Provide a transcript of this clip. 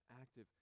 active